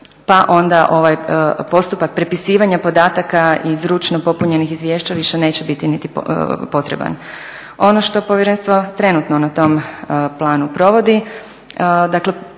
pa onda postupak prepisivanja podataka iz ručno popunjenih izvješća više neće biti niti potreban. Ono što povjerenstvo trenutno na tom planu provodi, dakle